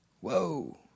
Whoa